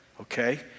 Okay